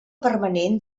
permanent